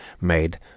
made